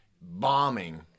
bombing